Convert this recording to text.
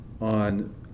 on